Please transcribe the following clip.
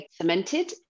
cemented